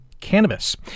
cannabis